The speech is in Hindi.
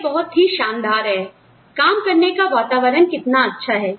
यह बहुत ही शानदार है काम करने का वातावरण कितना अच्छा है